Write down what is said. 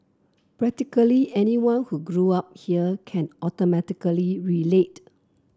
practically anyone who grew up here can automatically relate